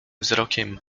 wzrokiem